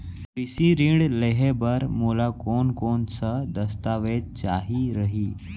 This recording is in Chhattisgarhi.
कृषि ऋण लेहे बर मोला कोन कोन स दस्तावेज चाही रही?